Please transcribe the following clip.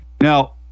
Now